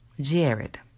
Jared